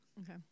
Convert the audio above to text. Okay